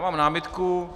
Mám námitku.